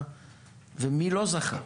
ומי לא זכה?